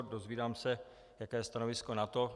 Dozvídám se, jaké je stanovisko NATO.